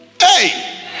hey